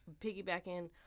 piggybacking